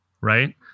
right